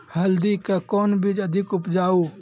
हल्दी के कौन बीज अधिक उपजाऊ?